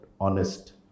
honest